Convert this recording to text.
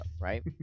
right